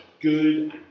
good